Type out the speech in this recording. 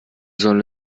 sollen